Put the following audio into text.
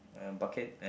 a bucket and